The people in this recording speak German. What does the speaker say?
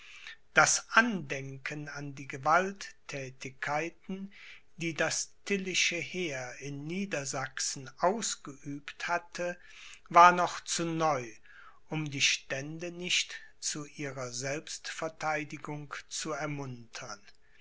das andenken an die gewaltthätigkeiten die das tilly'sche heer in niedersachsen ausgeübt hatte war noch zu neu um die stände nicht zu ihrer selbstvertheidigung zu ermuntern